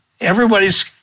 Everybody's